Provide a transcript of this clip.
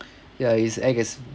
ya it's act as